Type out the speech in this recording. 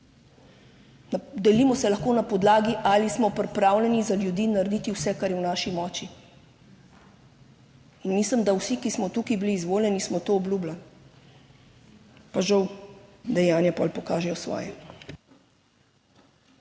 Delimo se lahko na podlagi ali smo pripravljeni za ljudi narediti vse kar je v naši moči. In mislim, da vsi, ki smo tukaj bili izvoljeni smo to obljubljali, pa žal dejanja potem pokažejo svoje.